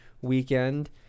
weekend